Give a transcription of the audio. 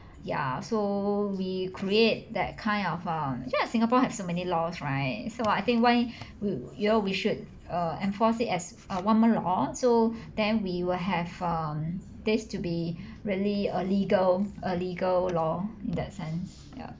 ya so we create that kind of um actually like singapore have so many laws right so I think why we you know we should uh enforce it as a one month or so then we will have um this to be really a legal a legal law in that sense ya